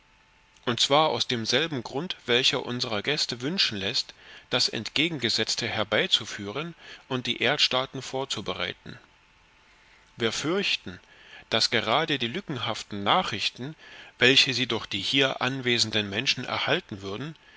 und zwar aus demselben grund welcher unsere gäste wünschen läßt das entgegengesetzte herbeizuführen und die erdstaaten vorzubereiten wir fürchten daß gerade die lückenhaften nachrichten welche sie durch die hier anwesenden menschen erhalten würden